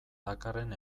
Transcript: dakarren